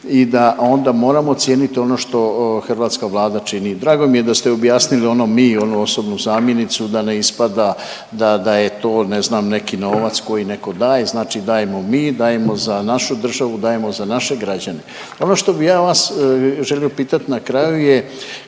i da onda moramo cijenit ono što hrvatska Vlada čini. Drago mi je da ste objasnili ono „mi“ onu osobnu zamjenicu da ne ispada da, da je to ne znam neki novac koji neko daje, znači dajemo mi, dajemo za našu državu, dajemo za naše građane. Ono što bi ja vas želio pitat na kraju je